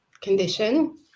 condition